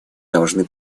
должны